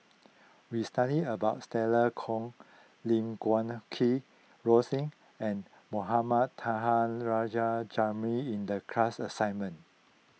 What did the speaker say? we studied about Stella Kon Lim Guat Kheng Rosie and Mohamed Taha Jamil in the class assignment